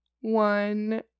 one